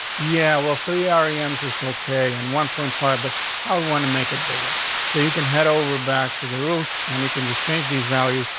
yeah, well, three ari ems is okay, and one point five, but i would want to make it bigger so you can head over back to the root and you could just change these values,